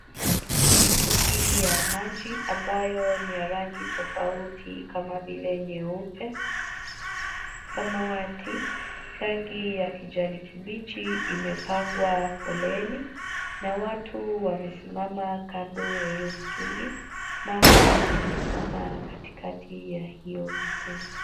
Mitungi ya maji ambayo ni ya rangi tofauti kama vile nyeupe, samawati, rangi ya kijani kibichi imepangwa foleni na watu wamesimama kando ya hiyo mitungi. Mama amesimama katikati ya hiyo mitungi.